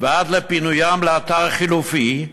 עד לפינוים לאתר חלופי.